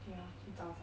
yeah 去找吧